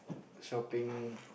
shopping